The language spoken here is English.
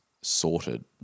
sorted